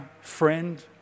friend